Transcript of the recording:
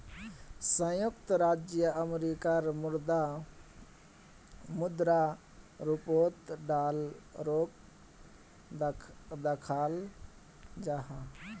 संयुक्त राज्य अमेरिकार मुद्रा रूपोत डॉलरोक दखाल जाहा